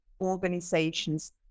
organizations